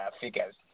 figures